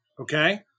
Okay